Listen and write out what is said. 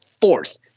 fourth